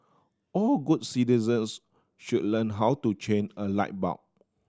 all good citizens should learn how to change a light bulb